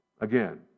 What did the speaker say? Again